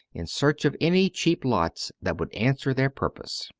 in search of any cheap lots that would answer their purpose.